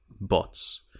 bots